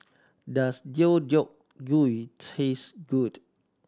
does Deodeok Gui taste good